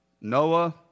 Noah